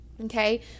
okay